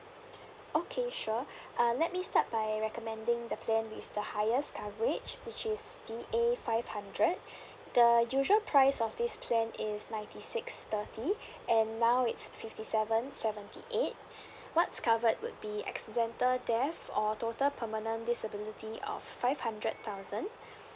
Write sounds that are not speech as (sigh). okay sure (breath) uh let me start by recommending the plan with the highest coverage which is D A five hundred (breath) the usual price of this plan is ninety six thirty (breath) and now it's fifty seven seventy eight (breath) what's covered would be accidental death or total permanent disability of five hundred thousand